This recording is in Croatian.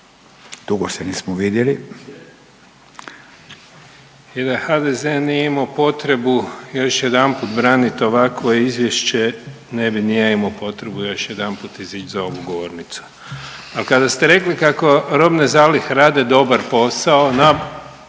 Zvane (Nezavisni)** I da HDZ nije imao potrebu još jedanput branit ovakvo izvješće ne bi ni ja imao potrebu još jedanput izić za ovu govornicu. A kada ste rekli kako robne zalihe rade dobar posao u